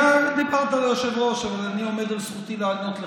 דיברת ליושב-ראש, אבל אני עומד על זכותי לענות לך.